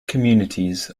communities